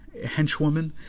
henchwoman